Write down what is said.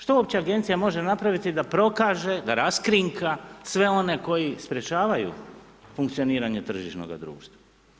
Što uopće agencija može napraviti da prokaže, da raskrinka sve one koji sprječavaju funkcioniranje tržišnoga društva?